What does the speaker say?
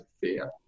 fear